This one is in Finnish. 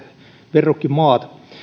verrokkimaat